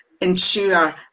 ensure